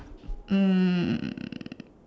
um